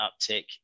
uptick